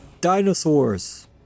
Dinosaurs